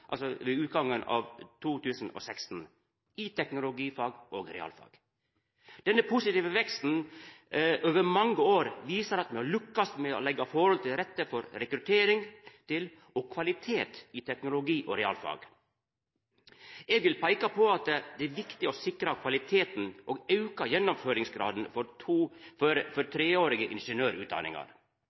Denne positive veksten over mange år viser at me har lukkast med å leggja forholda til rette for rekruttering til og kvalitet i teknologi- og realfag. Eg vil peika på at det er viktig å sikra kvaliteten og auka gjennomføringsgraden for